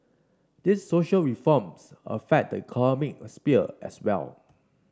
these social reforms affect the economic sphere as well